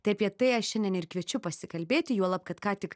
tai apie tai aš šiandien ir kviečiu pasikalbėti juolab kad ką tik